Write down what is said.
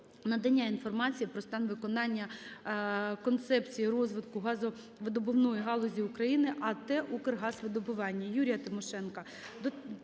надання інформації про стан виконання Концепції розвитку газовидобувної галузі України АТ "Укргазвидобування". Юрія Тимошенка